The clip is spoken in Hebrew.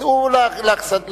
צאו לאכסדרה,